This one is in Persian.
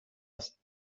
است